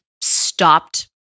stopped